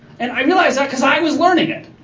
and i realized that cause i was learning it.